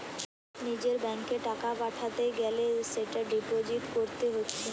নিজের ব্যাংকে টাকা পাঠাতে গ্যালে সেটা ডিপোজিট কোরতে হচ্ছে